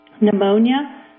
pneumonia